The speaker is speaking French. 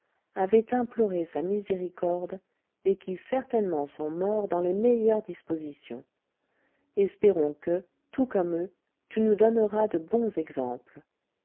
avaient imploré sa miséricorde et qui certainement sont morts dans les meilleures dispositions espérons que tout comme eux tu nous donneras de bons exemples